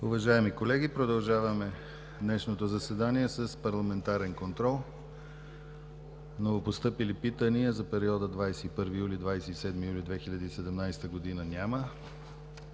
Уважаеми колеги, продължаваме днешното заседание с Парламентарен контрол. Новопостъпили питания за периода 21 юли – 27 юли 2017 г. – няма.